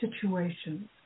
situations